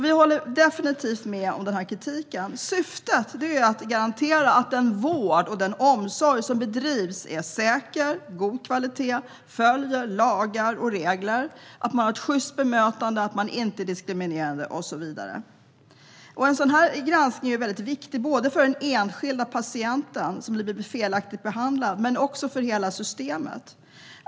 Vi håller definitivt med om den kritiken. Syftet är att garantera att den vård och omsorg som bedrivs är säker och av god kvalitet samt följer lagar och regler, att man har ett sjyst bemötande och inte är diskriminerande och så vidare. En sådan här granskning är viktig både för den enskilda patienten som blivit felaktigt behandlad och för hela systemet.